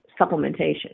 supplementation